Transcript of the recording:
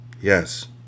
Yes